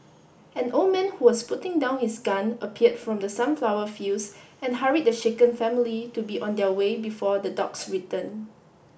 an old man who was putting down his gun appeared from the sunflower fields and hurried the shaken family to be on their way before the dogs return